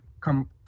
come